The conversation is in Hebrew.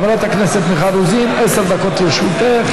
חברת הכנסת מיכל רוזין, עשר דקות לרשותך.